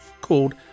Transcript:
called